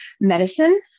medicine